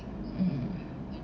mm